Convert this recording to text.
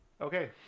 Okay